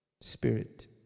Spirit